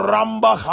Ramba